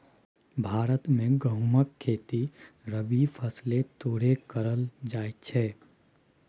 भारत मे गहुमक खेती रबी फसैल तौरे करल जाइ छइ